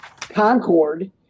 Concord